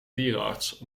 dierenarts